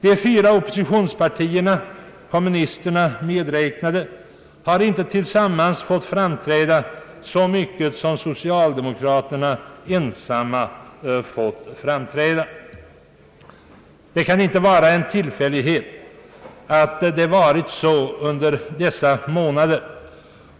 De fyra oppositionspartierna, kommunisterna medräknade, har inte tillsammans fått framträda så mycket som socialdemokraterna ensamma har fått göra. Det kan inte vara en tillfällighet att det varit så under dessa månader.